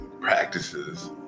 practices